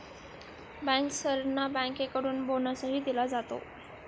बँकर्सना बँकेकडून बोनसही दिला जातो